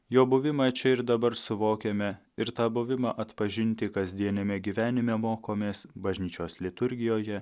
jo buvimą čia ir dabar suvokiame ir tą buvimą atpažinti kasdieniame gyvenime mokomės bažnyčios liturgijoje